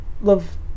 love